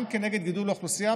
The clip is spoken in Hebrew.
גם כנגד גידול האוכלוסייה,